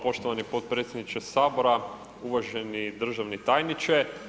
Hvala poštovani potpredsjedniče Sabora, uvaženi državni tajniče.